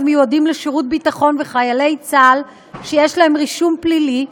מיועדים לשירות ביטחון וחיילי צה"ל שיש להם רישום פלילי,